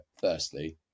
firstly